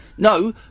No